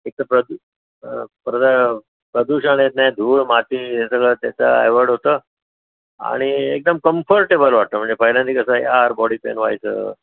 एक तर प्रदू प्र प्रदूषण येत नाही धूळ माती होतं आणि एकदम कंफर्टेबल वाटतं म्हणजे पहिल्याने कसं यार बॉडी पेन व्हायचं